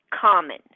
common